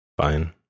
Fine